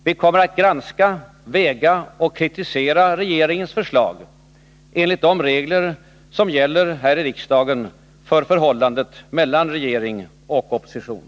Vi kommer att granska, väga och kritisera regeringens förslag enligt de regler som gäller här i riksdagen för förhållandet mellan regering och opposition.